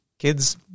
Kids